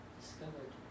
discovered